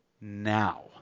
now